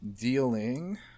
dealing